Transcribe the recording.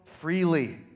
freely